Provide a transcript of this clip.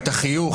את החיוך,